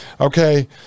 Okay